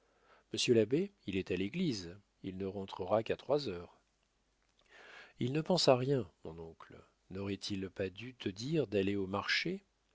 monsieur l'abbé il est à l'église il ne rentrera qu'à trois heures il ne pense à rien mon oncle n'aurait-il pas dû te dire d'aller au marché